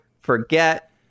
forget